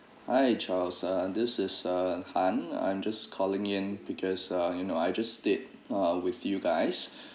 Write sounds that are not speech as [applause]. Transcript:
hi charles uh this is uh han I'm just calling in because uh you know I just stayed uh with you guys [breath]